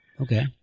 Okay